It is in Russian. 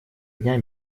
дня